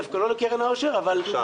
דווקא לא לקרן --- תגיד,